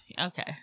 Okay